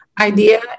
idea